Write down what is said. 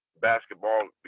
basketball